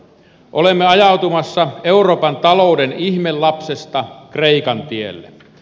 olemme ajautumassa euroopan talouden ihmelapsesta kreikan tielle